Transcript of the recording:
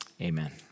amen